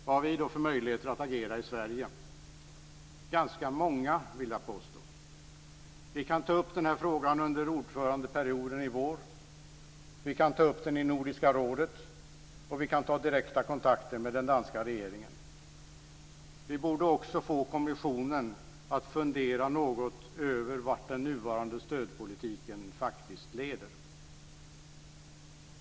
Vad har vi då för möjligheter att agera i Sverige? Ganska många, vill jag påstå. Vi kan ta upp frågan under ordförandeperioden i vår. Vi kan ta upp den i Nordiska rådet, och vi kan ta direkta kontakter med den danska regeringen. Vi borde också få kommissionen att fundera något över vart den nuvarande stödpolitiken faktiskt leder.